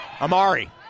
Amari